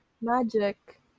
magic